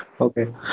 Okay